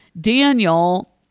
Daniel